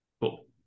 Cool